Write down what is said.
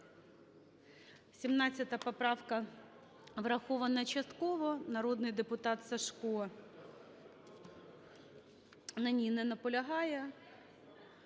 17 поправка – врахована частково. Народний депутат Сажко на ній не наполягає.